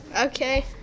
Okay